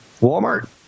Walmart